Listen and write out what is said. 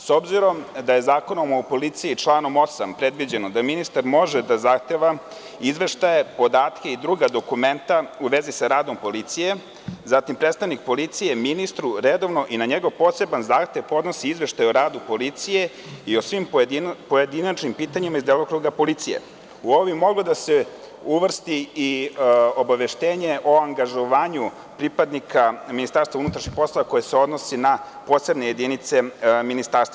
S obzirom da je Zakonom o policiji, članom 8. predviđeno da ministar može da zahteva izveštaje, podatke i druga dokumenta u vezi sa radom policije, zatim predstavnik policije ministru redovno i na njegov poseban zahtev podnosi izveštaj o radu policije i o svim pojedinačnim pitanjima iz delokruga policije, u ovo bi moglo da se uvrsti i obaveštenje o angažovanju pripadnika MUP, koje se donosi na posebne jedinice Ministarstva.